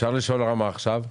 אפשר לשאול למה עכשיו?